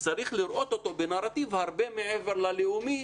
צריך לראות אותו בנרטיב הרבה מעבר ללאומי,